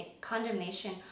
condemnation